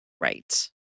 Right